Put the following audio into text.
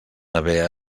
haver